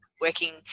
working